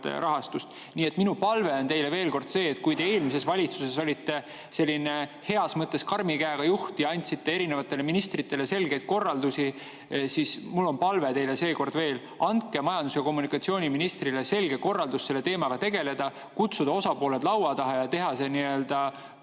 rahastust. Nii et minu palve on teile see, et kui te eelmises valitsuses olite selline heas mõttes karmi käega juht ja andsite erinevatele ministritele selgeid korraldusi, siis mul on palve teile seekord veel: andke majandus‑ ja kommunikatsiooniministrile selge korraldus selle teemaga tegeleda, kutsuda osapooled laua taha ja teha see nii-öelda